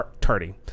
tardy